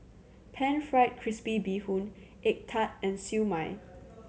Pan Fried Crispy Bee Hoon egg tart and Siew Mai